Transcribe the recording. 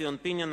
ציון פיניאן,